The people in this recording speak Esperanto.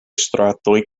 stratoj